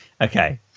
okay